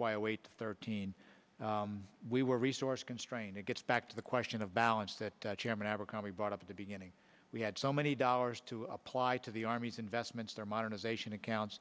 o eight thirteen we were resource constrained it gets back to the question of balance that chairman abercrombie brought up at the beginning we had so many dollars to apply to the army's investments their modernization accounts